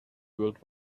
world